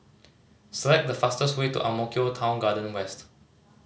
select the fastest way to Ang Mo Kio Town Garden West